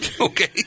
Okay